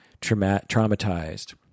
traumatized